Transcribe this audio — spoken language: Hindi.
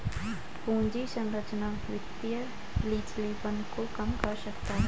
पूंजी संरचना वित्तीय लचीलेपन को कम कर सकता है